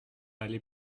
aller